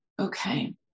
Okay